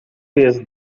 jest